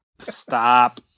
Stop